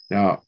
Now